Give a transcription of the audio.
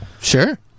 Sure